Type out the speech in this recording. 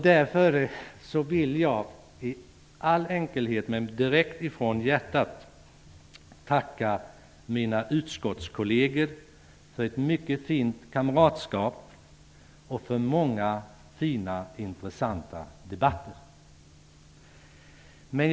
Därför vill jag i all enkelhet men direkt från hjärtat tacka mina utskottskolleger för ett mycket fint kamratskap och för många fina och intressanta debatter.